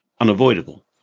unavoidable